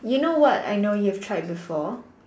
you know what I know you tried before